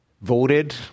Voted